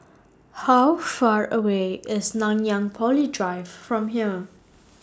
How Far away IS Nanyang Poly Drive from here